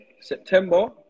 September